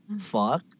Fuck